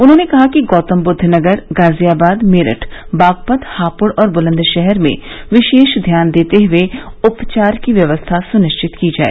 उन्होंने कहा कि गौतमबुद्ध नगर गाजियाबाद मेरठ बागपत हापुड़ और बुलंदशहर में विशेष ध्यान देते हुए उपचार की व्यवस्था सुनिश्चित की जाए